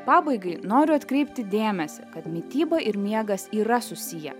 pabaigai noriu atkreipti dėmesį kad mityba ir miegas yra susiję